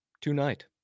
tonight